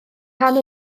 rhan